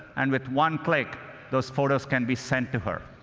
and with one click those photos can be sent to her.